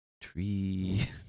tree